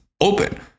open